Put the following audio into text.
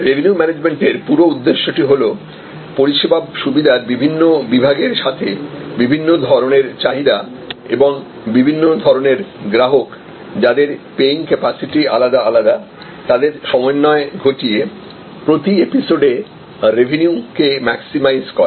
revenue ম্যানেজমেন্টের পুরো উদ্দেশ্যটি হল পরিষেবা সুবিধার বিভিন্ন বিভাগের সাথে বিভিন্ন ধরনের চাহিদা এবং বিভিন্ন ধরনের গ্রাহক যাদের পেইং ক্যাপাসিটি আলাদা আলাদা তাদের সমন্বয় ঘটিয়ে প্রতি এপিসোডে রেভিনিউ কে ম্যাক্সিমাইজ করা